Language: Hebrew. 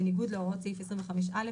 בניגוד להוראות סעיף 25(א),